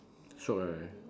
shiok right